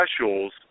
specials